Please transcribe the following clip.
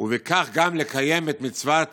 ובכך גם לקיים את מצוות